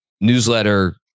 newsletter